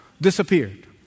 disappeared